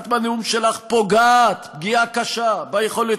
את בנאום שלך פוגעת פגיעה קשה ביכולת